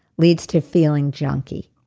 leads to feeling junkie